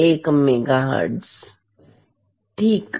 01 megahertz ठीक